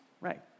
right